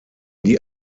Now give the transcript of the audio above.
die